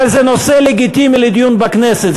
אבל זה נושא לגיטימי לדיון בכנסת.